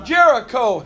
Jericho